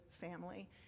family